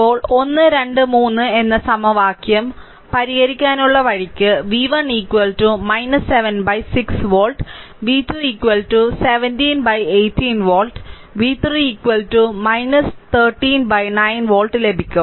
ഇപ്പോൾ 1 2 3 എന്ന സമവാക്യം പരിഹരിക്കാനുള്ള വഴിക്ക് v1 7 by 6 volt v2 17 by 18 volt v3 13 by 9 volt ലഭിക്കും